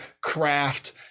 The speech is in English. craft